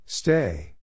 Stay